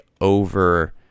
over